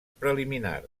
preliminars